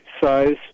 size